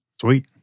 Sweet